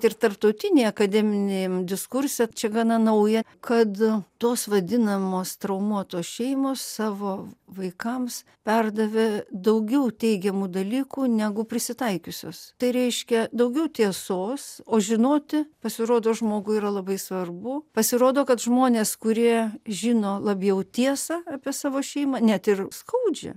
ir tarptautinėj akademiniam diskurse čia gana nauja kad tos vadinamos traumuotos šeimos savo vaikams perdavė daugiau teigiamų dalykų negu prisitaikiusios tai reiškia daugiau tiesos o žinoti pasirodo žmogui yra labai svarbu pasirodo kad žmonės kurie žino labiau tiesą apie savo šeimą net ir skaudžią